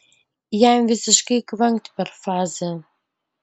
jam visiškai kvankt per fazę